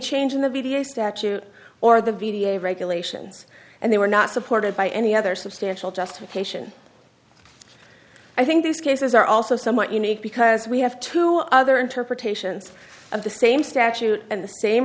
change in the media statute or the vdare regulations and they were not supported by any other substantial justification i think these cases are also somewhat unique because we have two other interpretations of the same statute and